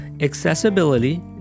accessibility